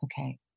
okay